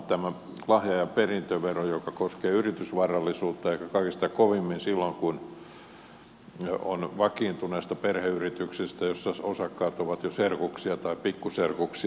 tämä lahja ja perintövero koskee yritysvarallisuutta ehkä kaikista kovimmin silloin kun on kyse vakiintuneesta perheyrityksestä jossa osakkaat ovat jo serkuksia tai pikkuserkuksia